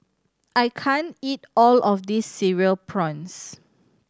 I can't eat all of this Cereal Prawns